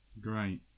Great